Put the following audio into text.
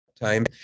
time